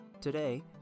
Today